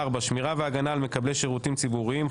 שמירה והגנה על מקבלי שירותים ציבוריים.